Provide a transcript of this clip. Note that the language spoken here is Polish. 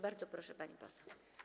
Bardzo proszę, pani poseł.